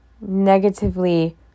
negatively